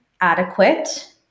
adequate